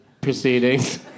proceedings